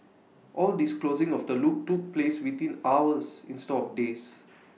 all this closing of the loop took place within hours instead of days